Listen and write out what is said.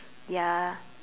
ya